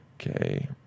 Okay